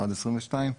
עד 2022,